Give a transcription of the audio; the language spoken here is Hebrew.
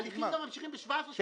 ההליכים ממשיכים גם ב-2017 וב-2018.